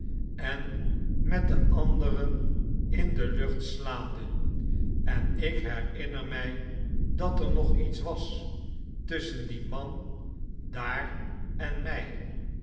en met den anderea in de lucht slaande en ik herinner mij dat er nog iets was tusschen dien man daar en mij